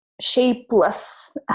shapeless